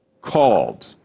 called